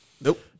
Nope